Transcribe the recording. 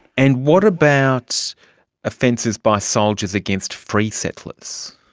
and what about offences by soldiers against free settlers?